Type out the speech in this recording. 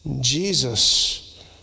Jesus